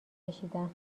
کشیدم